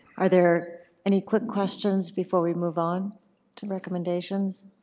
are there any quick questions before we move on to recommendations?